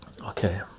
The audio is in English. okay